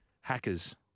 hackers